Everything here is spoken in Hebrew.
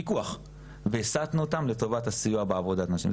פיקוח והסתנו אותם לטובת הסיוע בעבודת נשים.